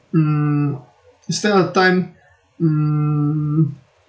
mm is there a time mm